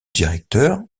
directeur